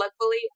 Luckily